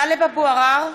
(קוראת בשמות חברי הכנסת) טלב אבו עראר,